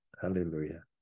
Hallelujah